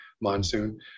monsoon